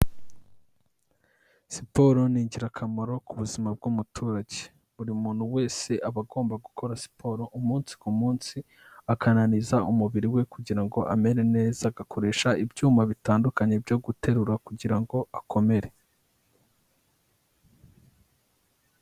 Siporo ni ingirakamaro ku buzima bw'umuturage, buri muntu wese aba agomba gukora siporo umunsi ku munsi, akananiza umubiri we kugira ngo amere neza, agakoresha ibyuma bitandukanye byo guterura kugira ngo akomere.